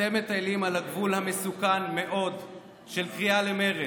אתם מטיילים על הגבול המסוכן מאוד של קריאה למרד,